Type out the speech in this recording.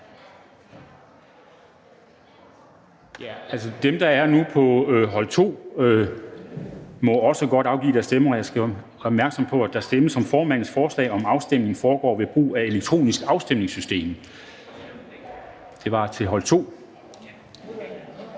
Dem, der er her nu, fra hold 2, må også godt afgive deres stemme. Jeg skal gøre opmærksom på, at der stemmes om formandens forslag om, at afstemningen foregår ved brug af det elektroniske afstemningssystem. Når man har